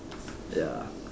ya